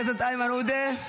חבר הכנסת איימן עודה,